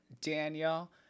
Daniel